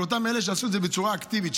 אותם אלה שיעשו את זה בצורה אקטיבית,